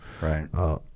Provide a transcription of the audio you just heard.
Right